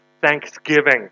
Thanksgiving